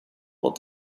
what